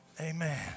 Amen